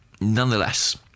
Nonetheless